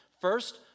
First